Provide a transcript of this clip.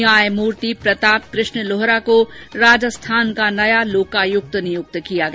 न्यायमूर्ति प्रताप कृष्ण लोहरा को राजस्थान का नया लोकायुक्त नियुक्त किया गया